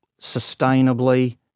sustainably